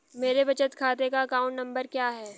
मेरे बचत खाते का अकाउंट नंबर क्या है?